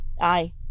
Aye